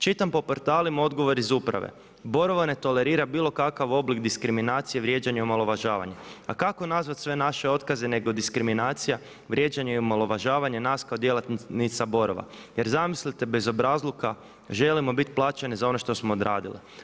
Čitam po portalima odgovor iz uprave Borovo ne tolerira bilo kakav oblik diskriminacije, vrijeđanja, omalovažavanje, a kako nazvati sve naše otkaze nego diskriminacija, vrijeđanje i omalovažavanje nas kao djelatnica Borova jer zamislite bezobrazluk želimo biti plaćene za ono što smo odradile.